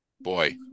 boy